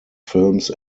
films